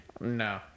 No